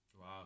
Wow